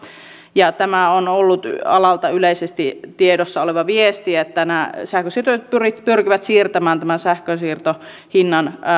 tämä on ollut alalla yleisesti tiedossa oleva viesti että nämä sähkönsiirtoyhtiöt pyrkivät siirtämään tämän sähkönsiirtohinnan